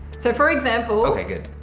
so for example ok, good.